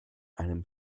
einem